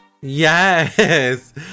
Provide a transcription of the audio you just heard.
Yes